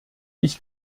ich